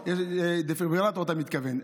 דפיברילטור, אתה מתכוון.